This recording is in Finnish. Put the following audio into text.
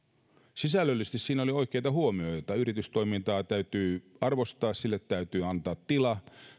sisällöllisesti oli oikeita huomioita yritystoimintaa täytyy arvostaa sille täytyy antaa tila